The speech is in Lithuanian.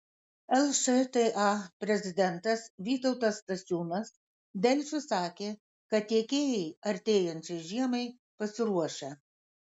lšta prezidentas vytautas stasiūnas delfi sakė kad tiekėjai artėjančiai žiemai pasiruošę